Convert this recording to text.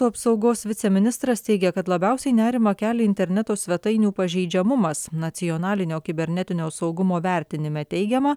apsaugos viceministras teigia kad labiausiai nerimą kelia interneto svetainių pažeidžiamumas nacionalinio kibernetinio saugumo vertinime teigiama